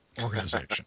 organization